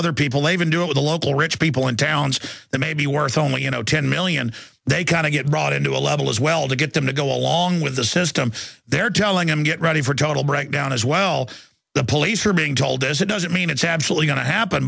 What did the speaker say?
other people even do it with a local rich people in towns that may be worth only you know ten million they kind of get drawn into a level as well to get them to go along with the system they're telling them get ready for a total breakdown as well the police are being told as it doesn't mean it's absolutely going to happen